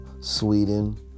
Sweden